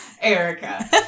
Erica